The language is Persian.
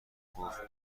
گفت